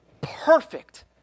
perfect